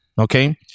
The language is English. Okay